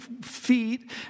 feet